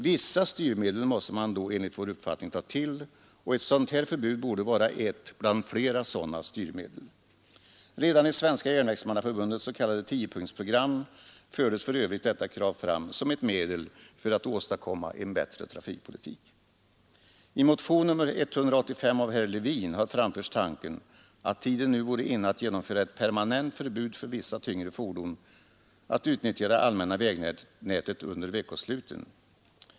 Visst styrmedel måste man då enligt vår uppfattning ta till och ett förbud borde vara ett bland flera sådana styrmedel. Redan i Svenska järnvägsmannaförbundets s.k. tiopunktersprogram fördes för övrigt detta krav fram som ett medel för att åstadkomma en bättre trafikpolitik. I motionen nr 185 av herr Levin framförs tanken att tiden nu vore inne att genomföra ett permanent förbud för vissa tyngre fordon att utnyttja det allmänna vägnätet under veckosluten.